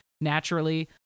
naturally